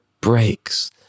breaks